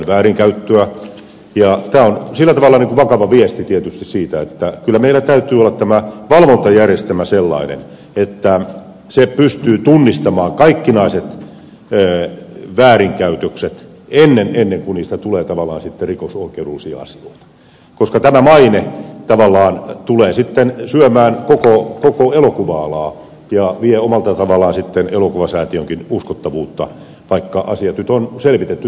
tämä on sillä tavalla vakava viesti tietysti siitä että kyllä meillä täytyy olla tämä valvontajärjestelmä sellainen että se pystyy tunnistamaan kaikkinaiset väärinkäytökset ennen kuin niistä tulee sitten rikosoikeudellisia asioita koska tämä maine tulee sitten syömään koko elokuva alaa ja vie omalla tavallaan elokuvasäätiönkin uskottavuutta vaikka asiat nyt on selvitetty tältä osin